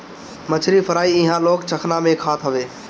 मछरी फ्राई इहां लोग चखना में खात हवे